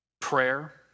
prayer